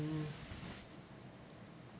mm